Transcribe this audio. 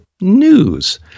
news